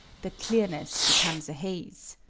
the clearness becomes a haze.